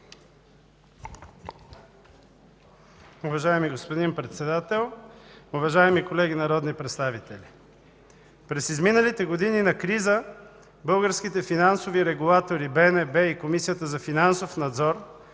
Уважаеми господин Председател, уважаеми колеги народни представители! През изминалите години на криза българските финансови регулатори - Българската народна